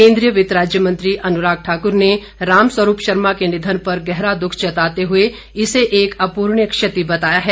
केन्द्रीय वित्त राज्य मंत्री अनुराग ठाकुर ने रामस्वरूप शर्मा के निधन पर गहरा दुख जताते हुए इसे एक अपूर्णीय क्षति बताया है